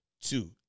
Two